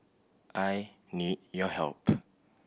I need your help